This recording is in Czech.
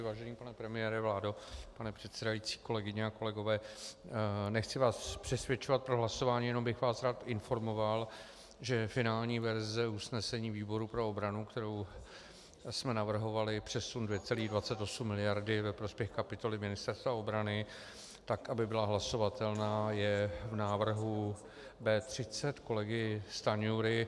Vážený pane premiére, vládo, pane předsedající, kolegyně a kolegové, nechci vás přesvědčovat pro hlasování, jenom bych vás rád informoval, že finální verze usnesení výboru pro obranu, kterou jsme navrhovali, přesun 2,28 mld. ve prospěch kapitoly Ministerstva obrany, tak aby byla hlasovatelná, je v návrhu B30 kolegy Stanjury.